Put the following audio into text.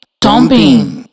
Dumping